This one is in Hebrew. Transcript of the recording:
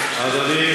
אדוני,